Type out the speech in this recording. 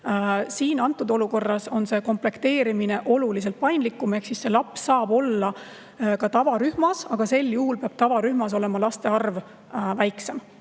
[Eelnõu kohaselt] on see komplekteerimine oluliselt paindlikum ehk see laps saab olla ka tavarühmas, aga sel juhul peab tavarühmas olema laste arv väiksem.